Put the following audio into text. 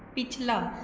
ਪਿਛਲਾ